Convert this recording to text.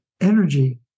energy